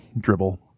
dribble